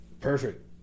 perfect